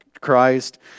Christ